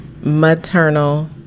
maternal